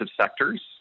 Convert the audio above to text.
sectors